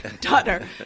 daughter